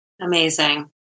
Amazing